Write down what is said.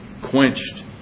quenched